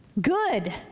Good